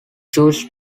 chose